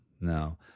no